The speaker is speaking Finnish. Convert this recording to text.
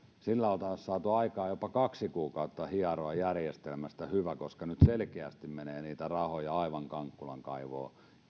niin tällä oltaisiin saatu jopa kaksi kuukautta aikaa hieroa järjestelmästä hyvä koska nyt selkeästi menee niitä rahoja aivan kankkulan kaivoon